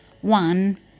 One